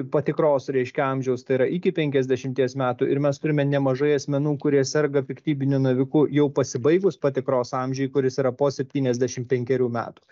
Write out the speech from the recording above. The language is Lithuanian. patikros reiškia amžiaus tai yra iki penkiasdešimties metų ir mes turime nemažai asmenų kurie serga piktybiniu naviku jau pasibaigus patikros amžiui kuris yra po septyniasdešimt penkerių metų